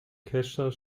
kescher